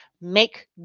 Make